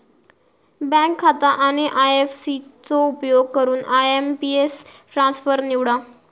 bank खाता आणि IFSC चो उपयोग करून आय.एम.पी.एस ट्रान्सफर निवडा